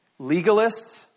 Legalists